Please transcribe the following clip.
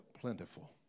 plentiful